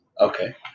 Okay